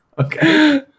Okay